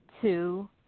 two